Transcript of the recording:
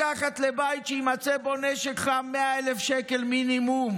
לקחת לבית שיימצא בו נשק חם 100,000 שקל מינימום.